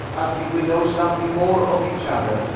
until we know something more of each other.